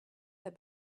had